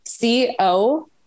CO